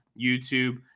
YouTube